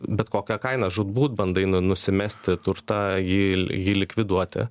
bet kokia kaina žūtbūt bandai nusimesti turtą jį jį likviduoti